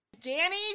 Danny